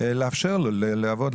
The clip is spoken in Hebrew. לאפשר לו לעבוד,